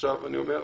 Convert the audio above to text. עכשיו אני אומר,